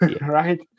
right